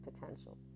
potential